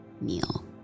meal